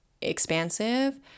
expansive